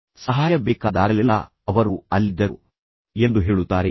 ನನಗೆ ಸಹಾಯ ಬೇಕಾದಾಗಲೆಲ್ಲಾ ನನಗೆ ಬೆಂಬಲ ನೀಡಲು ಅವರು ಅಲ್ಲಿದ್ದರು ಎಂದು ಹೇಳುತ್ತಾರೆಯೇ